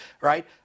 right